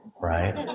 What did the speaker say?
right